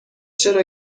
چرا